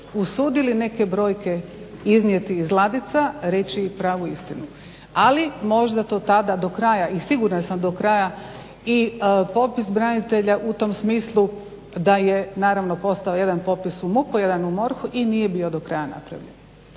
usudili neke brojke iznijeti iz ladica i reći pravu istinu. Ali možda to tada do kraja i sigurna sam do kraja i popis branitelja u tom smislu da je naravno postojao jedan popis u MUP-u jedan u MORH-u i nije do kraja bio napravljen.